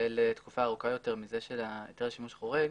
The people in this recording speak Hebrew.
לתקופה ארוכה יותר מזה של היתר לשימוש חורג,